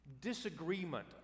disagreement